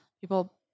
people